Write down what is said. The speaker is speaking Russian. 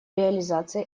реализации